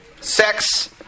sex